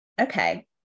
Okay